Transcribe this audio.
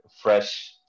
fresh